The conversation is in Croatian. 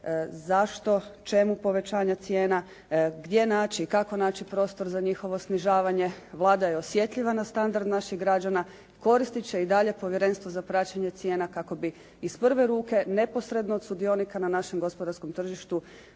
zašto, čemu povećanja cijena, gdje naći i kako naći prostor za njihovo snižavanje? Vlada je osjetljiva na standard naših građana. Koristiti će i dalje povjerenstvo za praćenje cijena kako bi iz prve ruke neposredno od sudionika na našem gospodarskom tržištu